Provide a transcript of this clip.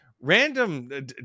random